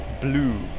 blue